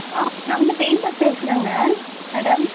ஆ நான் வந்து பெயிண்ட்டர் பேசுகிறேங்க மேடம்